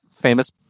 famous